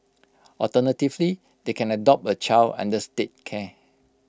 alternatively they can adopt A child under state care